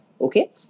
Okay